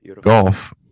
Golf